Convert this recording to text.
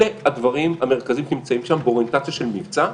אלה הדברים המרכזיים שנמצאים שם באוריינטציה של מבצע.